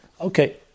Okay